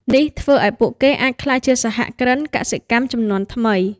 នេះធ្វើឱ្យពួកគេអាចក្លាយជាសហគ្រិនកសិកម្មជំនាន់ថ្មី។